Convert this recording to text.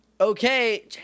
okay